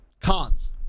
Cons